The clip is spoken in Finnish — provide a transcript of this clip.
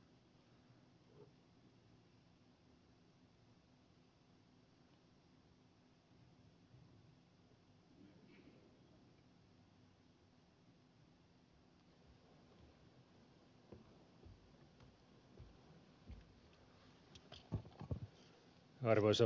arvoisa puhemies